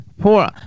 poor